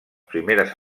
primeres